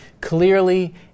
clearly